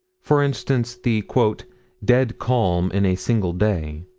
for instance, the dead calm in a single day.